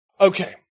Okay